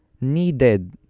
needed